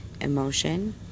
Emotion